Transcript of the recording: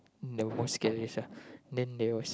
the most scariest ah then there was